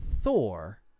Thor